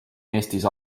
eestis